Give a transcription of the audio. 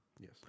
Yes